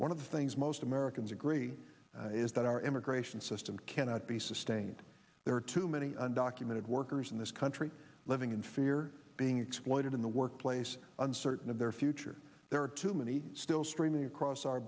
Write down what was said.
one of the things most americans agree is that our immigration system cannot be sustained there are too many undocumented workers in this country living in fear being exploited in the workplace uncertain of their future there are too many still streaming across our